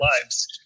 lives